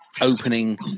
opening